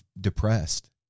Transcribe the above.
depressed